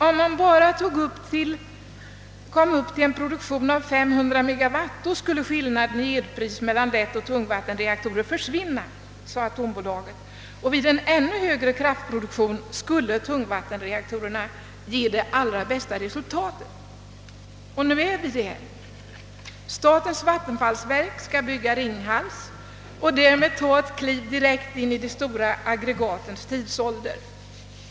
Om man bara komme upp till en produktion av 500 megawatt, skulle skillnaden i el-pris mellan lättoch tungvattenreaktorer försvinna, menade atombolaget. Vid en ännu högre kraftproduktion skulle tungvattenreaktorerna ge det allra bästa resultatet. Nu är vi där. Statens vattenfallsverk skall bygga Ringhalls och därmed ta ett kliv direkt in i de stora aggregatens tidsålder.